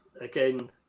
again